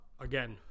Again